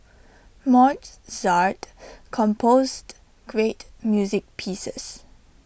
Mozart composed great music pieces